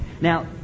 Now